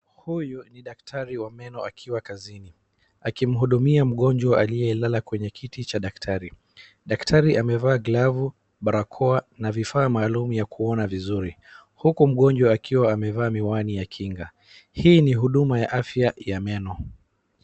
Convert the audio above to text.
Huyu ni daktari wa meno akiwa kazini akimhudumia mgonjwa aliyelala kwenye kiti cha daktari. Daktari amevaa glavu, barakoa na vifaa maalum ya kuona vizuri, uku mgonjwa akiwa amevaa miwani ya kinga. Hii ni huduma ya afya ya meno.